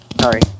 Sorry